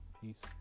Peace